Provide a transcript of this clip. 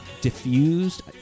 diffused